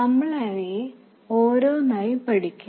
നമ്മൾ അവയെ ഓരോന്നായി പഠിക്കും